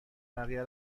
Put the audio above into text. بقیه